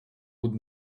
would